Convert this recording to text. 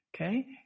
okay